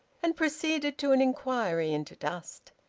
and proceeded to an inquiry into dust.